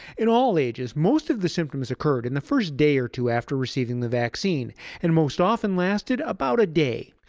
in all ages, most of the symptoms occurred in the first day or two after receiving the vaccine and most often lasted about a day.